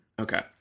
Okay